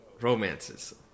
romances